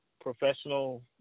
professional